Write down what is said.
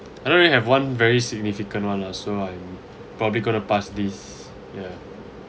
I don't really have one very significant one lah so I'm probably gonna to pass this ya